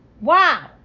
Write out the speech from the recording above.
Wow